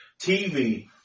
TV